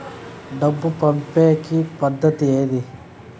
డబ్బు పంపేకి పద్దతి ఏది